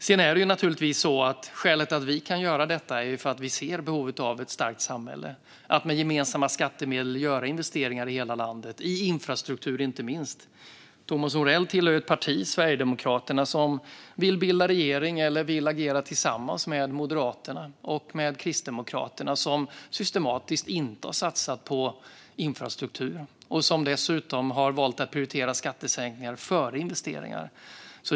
Sedan är det naturligtvis så att anledningen till att vi kan göra detta är att vi ser behovet av ett starkt samhälle och av att med gemensamma skattemedel göra investeringar i hela landet, inte minst i infrastruktur. Thomas Morell tillhör ett parti, Sverigedemokraterna, som vill bilda regering eller agera tillsammans med Moderaterna och Kristdemokraterna, vilka systematiskt underlåtit att satsa på infrastruktur och dessutom har valt att prioritera skattesänkningar framför investeringar.